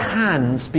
hands